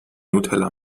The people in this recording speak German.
nutella